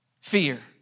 fear